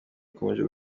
ikomeje